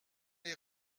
les